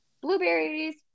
blueberries